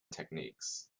techniques